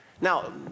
now